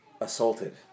assaulted